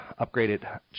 upgraded